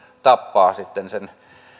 tappaa sitten sen